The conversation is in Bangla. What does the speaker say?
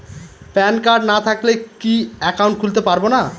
প্যান কার্ড না থাকলে কি একাউন্ট খুলতে পারবো না?